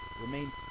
Remain